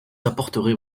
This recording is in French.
apporterez